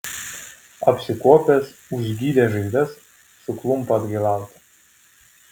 apsikuopęs užgydęs žaizdas suklumpa atgailauti